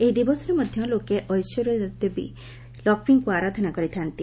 ଏହି ଦିବସରେ ମଧ୍ୟ ଲୋକେ ଐଶ୍ୱର୍ଯ୍ୟର ଦେବୀ ଲକ୍ଷ୍ମୀକୁ ଆରାଧନା କରିଥା'ନ୍ତି